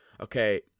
okay